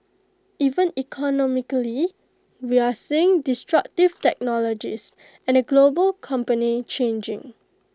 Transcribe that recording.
even economically we're seeing destructive technologies and the global company changing